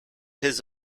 his